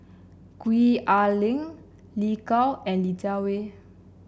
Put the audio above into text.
Gwee Ah Leng Lin Gao and Li Jiawei